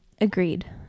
Agreed